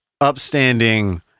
upstanding